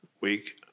week